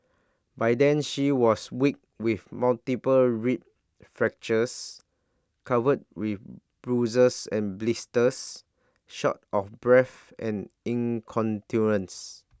by then she was weak with multiple rib fractures covered with bruises and blisters short of breath and